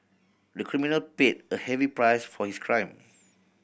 the criminal paid a heavy price for his crime